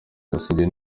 kasinge